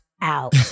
out